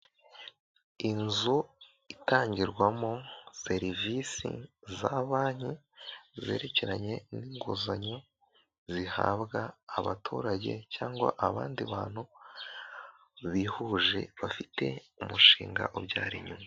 Inzu itangirwamo serivisi za banki, zerekeranye n'inguzanyo, zihabwa abaturage cyangwa abandi bantu bihuje, bafite umushinga ubyara inyungu.